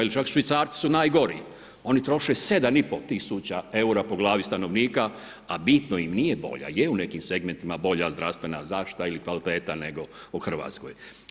Ili čak Švicarci su najgori, oni troše 7 i pol tisuća eura po glavni stanovnika, a bitno im nije bolja, je u nekim segmentima bolja zdravstvena zaštita ili kvaliteta nego u Hrvatskoj.